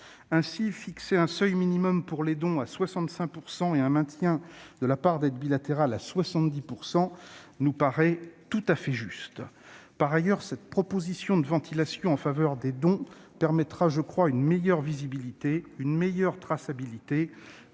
Ainsi, fixer un seuil minimum pour les dons à 65 % et un maintien de la part d'aide bilatérale à 70 % nous paraît tout à fait juste. Par ailleurs, cette proposition de ventilation en faveur des dons permettra une meilleure visibilité, une meilleure traçabilité,